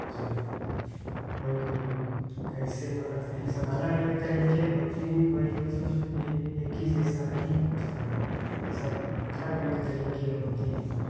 जब कोई कोई कैसे पकड़ते हैं सब अलग अलग तरीके होते हैं कोई मतलब ये एक ही जैसा नहीं होता है सब अलग अलग तरीके होते हैं